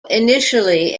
initially